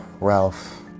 Ralph